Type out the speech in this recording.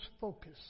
focus